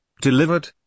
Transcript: Delivered